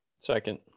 second